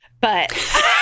but-